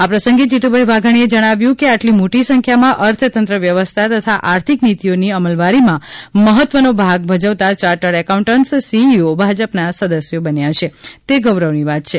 આ પ્રસંગે જીતુભાઈ વાઘાણીએ જણાવ્યું હતું કે આટલી મોટી સંખ્યામાં અર્થતંત્ર વ્યવસ્થા તથા આર્થિક નીતિઓની અમલવારીમાં મહત્વનો ભાગ ભજવતા ચાર્ટર્ડ એકાઉન્ટન્ટ સીઈઓ ભાજપાના સદસ્યો બન્યા છે તે ગૌરવની વાત છે